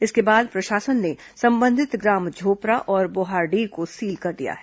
इसके बाद प्रशासन ने संबंधित ग्राम झोपरा और बोहारडीह को सील कर दिया है